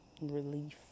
relief